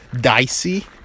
dicey